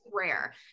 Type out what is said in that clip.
rare